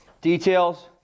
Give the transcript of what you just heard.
Details